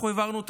העברנו תקציב,